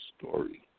story